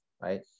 right